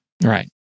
Right